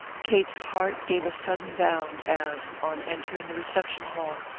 kate's heart gave a sudden bound as, on entering the reception-hall,